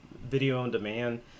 video-on-demand